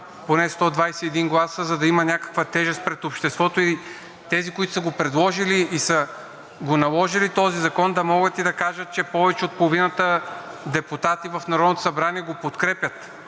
поне 121 гласа, за да има някаква тежест пред обществото. И тези, които са го предложили и са го наложили този закон, да могат да кажат, че повече от половината депутати в Народното събрание го подкрепят.